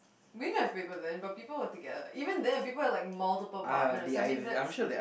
we didn't have paper then but people were together even then people had like multiple partners I mean that's